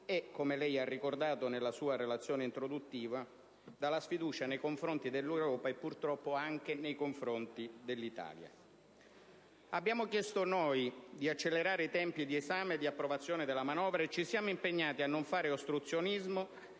e, come lei ha ricordato nella sua relazione introduttiva, dalla sfiducia nei confronti dell'Europa, e purtroppo anche dell'Italia. Abbiamo chiesto noi di accelerare i tempi di esame e di approvazione della manovra, impegnandoci a non fare ostruzionismo,